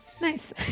Nice